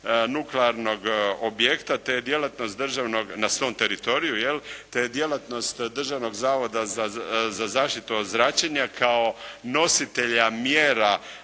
nuklearnog objekta na svom teritoriju, te je djelatnost Državnog zavoda za zaštitu od zračenja kao nositelja mjera